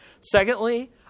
Secondly